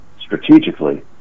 strategically